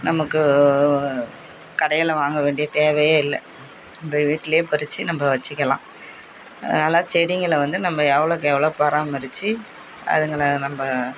நமக்கு கடையில் வாங்க வேண்டிய தேவையே இல்லை நம்ம வீட்டிலயே பறித்து நம்ம வச்சிக்கலாம் அதனால் செடிங்களை வந்து நம்ம எவ்வளோக்கு எவ்வளோ பாராமரித்து அதுங்களை நம்ம